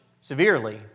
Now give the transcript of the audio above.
severely